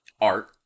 art